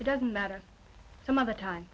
it doesn't matter some of the time